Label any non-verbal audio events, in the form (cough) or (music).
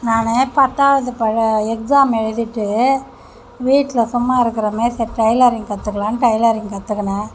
நான் பத்தாவது (unintelligible) எக்ஸாம் எழுதிவிட்டு வீட்டில் சும்மா இருக்கிறமே சரி டெய்லரிங் கற்றுக்கலானு டெய்லரிங் கற்றுக்குன்ன